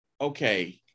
okay